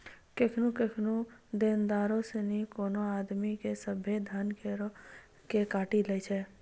केखनु केखनु देनदारो सिनी कोनो आदमी के सभ्भे धन करो से काटी लै छै